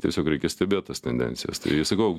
tiesiog reikia stebėt tas tendencijas tai sakau